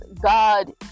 God